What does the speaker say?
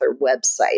website